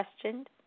questioned